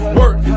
work